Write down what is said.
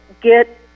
get